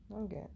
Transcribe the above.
Okay